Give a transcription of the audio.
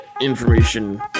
information